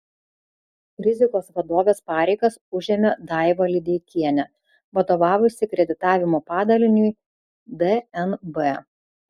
rizikos vadovės pareigas užėmė daiva lideikienė vadovavusi kreditavimo padaliniui dnb